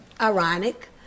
ironic